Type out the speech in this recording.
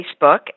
Facebook